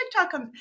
TikTok